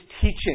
teaching